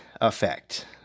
effect